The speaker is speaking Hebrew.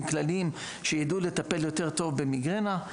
כללים שידעו לטפל טוב יותר במיגרנה.